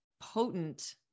potent